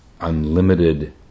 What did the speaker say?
unlimited